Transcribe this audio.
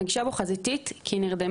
היא התנגשה בו חזיתית כי היא נרדמה.